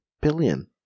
billion